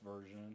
version